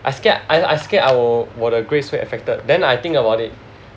I scared I I scared I will 我的 grades 会 affected then I think about it